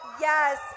Yes